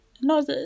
No